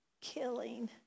killing